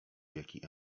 jaki